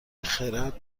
خرد